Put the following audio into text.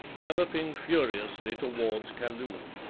galloping furiously towards kaloon.